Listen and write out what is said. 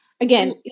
again